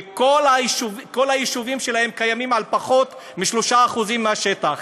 וכל היישובים שלהם קיימים על פחות מ-3% מהשטח,